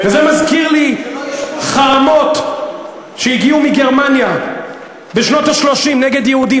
וזה מזכיר לי חרמות שהגיעו מגרמניה בשנות ה-30 נגד יהודים.